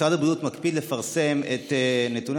משרד הבריאות מקפיד לפרסם את נתוני